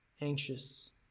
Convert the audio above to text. anxious